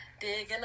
digging